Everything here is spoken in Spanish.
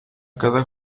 cada